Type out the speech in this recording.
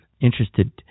interested